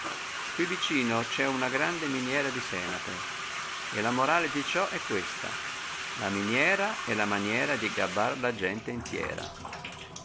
quì vicino c'è una grande miniera di senape e la morale di ciò è questa la miniera è la maniera di gabbar la gente intiera